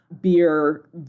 beer